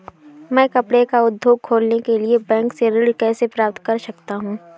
मैं कपड़े का उद्योग खोलने के लिए बैंक से ऋण कैसे प्राप्त कर सकता हूँ?